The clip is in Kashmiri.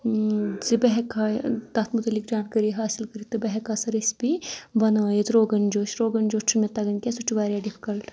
زِ بہٕ ہیٚکہٕ ہا تَتھ مُتعلِق جانکٲری حاصِل کٔرِتھ تہٕ بہٕ ہیٚکہٕ ہا سہُ ریسپی بَنٲیِتھ روگَن جوش روگَن جوش چھُنہٕ مےٚ تَگان کینٛہہ سُہ چھُ واریاہ ڈِفکَلٹ